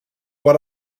what